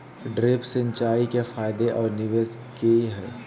Drip सिंचाई के फायदे और निवेस कि हैय?